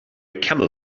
camel